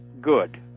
good